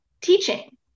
teaching